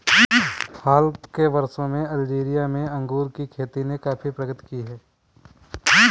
हाल के वर्षों में अल्जीरिया में अंगूर की खेती ने काफी प्रगति की है